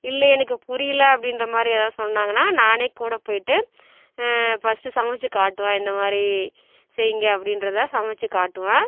இல்லை எனக்கு புரியல அப்படின்ற மாதிரி எதாவது சொன்னாங்கனால் நானே கூட போயிட்டு ஃபஸ்ட்டு சமைச்சி காட்டுவேன் இந்தமாதிரி செய்யுங்க அப்படின்றத சமைச்சி காட்டுவேன்